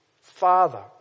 Father